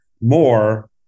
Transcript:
more